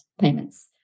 payments